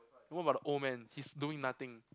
and what about the old man he's doing nothing